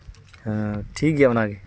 ᱦᱮᱸ ᱴᱷᱤᱠ ᱜᱮᱭᱟ ᱚᱱᱟᱜᱮ